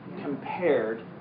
compared